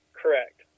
correct